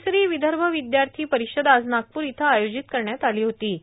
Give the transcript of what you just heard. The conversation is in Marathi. तिसरे विदर्भ विद्यार्थी परिषद आज नागपूर इथं आयोजित करण्यात आलं होतं